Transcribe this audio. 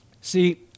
See